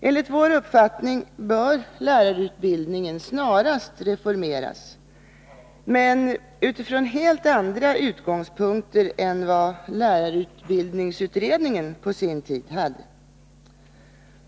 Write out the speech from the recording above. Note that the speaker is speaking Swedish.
Enligt vår uppfattning bör lärarutbildningen snarast reformeras, men utifrån helt andra utgångspunkter än vad lärarutbildningsutredningen på sin tid hade.